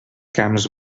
camps